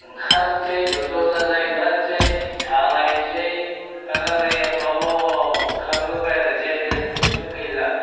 ओंखारनोसै ज' ज' जाजाय ओंखारनोसै जालायनोसै दाना दैया फ्रबल खारबोबाय आरो जेबो टेनसन गैला